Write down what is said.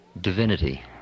divinity